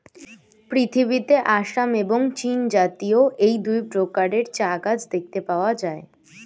পৃথিবীতে আসাম এবং চীনজাতীয় এই দুই প্রকারের চা গাছ দেখতে পাওয়া যায়